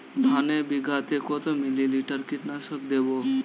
ধানে বিঘাতে কত মিলি লিটার কীটনাশক দেবো?